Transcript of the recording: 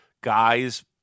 guys